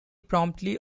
promptly